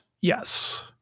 yes